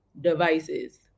devices